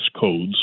codes